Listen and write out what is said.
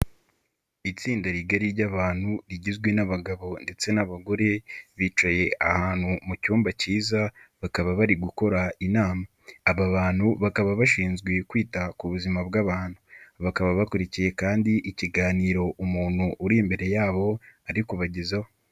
Itsinda rigari ry'abantu rigizwe n'abagabo ndetse n'abagore, bicaye ahantu mu cyumba kiza bakaba bari gukora inama. Aba bantu bakaba bashinzwe kwita ku buzima bw'abantu bakaba bakurikiye kandi ikiganiro umuntu uri imbere yabo ariko bagezaho.